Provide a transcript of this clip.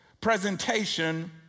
presentation